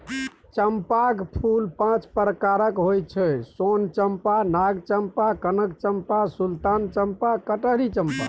चंपाक फूल पांच प्रकारक होइ छै सोन चंपा, नाग चंपा, कनक चंपा, सुल्तान चंपा, कटहरी चंपा